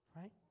right